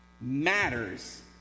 matters